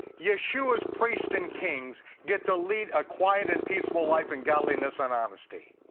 yeshua's priests and kings, get to lead a quiet and peaceful life in godliness and honesty.